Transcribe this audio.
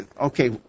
Okay